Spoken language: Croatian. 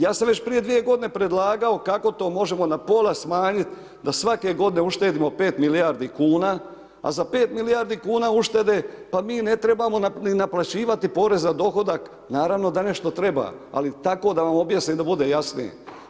Ja sam već prije 2 godine predlagao kako to možemo na pola smanjit da svake godine uštedimo 5 milijardi kuna a za 5 milijardi kuna uštede pa mi ne trebamo ni naplaćivati porez na dohodak, naravno da nešto treba, ali tako da vam objasnim da bude jasnije.